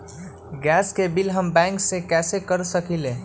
Gas के बिलों हम बैंक से कैसे कर सकली?